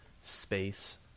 space